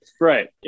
right